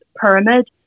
pyramid